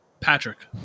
Patrick